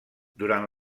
durant